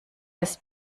des